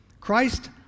Christ